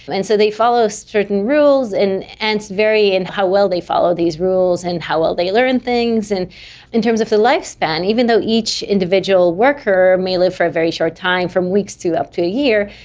and so they follow so certain rules and ants vary in how well they follow these rules and how well they learn things. and in terms of the lifespan, even though each individual worker may live for a very short time, from weeks to up to a year,